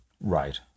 right